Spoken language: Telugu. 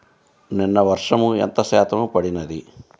నిన్న వర్షము ఎంత శాతము పడినది?